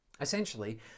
Essentially